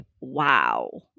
wow